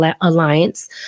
Alliance